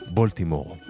Baltimore